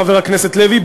חבר הכנסת לוי,